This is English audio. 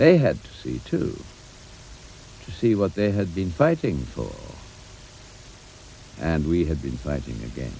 they had to see to see what they had been fighting for and we had been fighting again